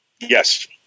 Yes